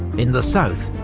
in the south,